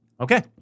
Okay